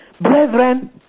Brethren